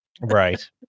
right